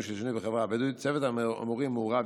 של שינוי בחברה הבדואית .צוות המורים מעורב,